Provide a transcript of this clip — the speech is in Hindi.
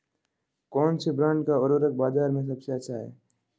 कौनसे ब्रांड का उर्वरक बाज़ार में सबसे अच्छा हैं?